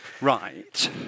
Right